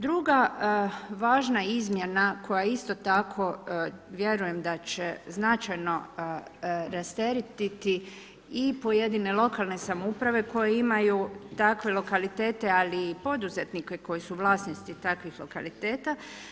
Druga važna izmjena koja isto tako vjerujem da će značajno rasteretiti i pojedine lokalne samouprave koje imaju takve lokalitete, ali i poduzetnike koji su vlasnici takvih lokaliteta.